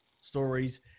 stories